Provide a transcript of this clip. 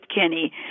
Kenny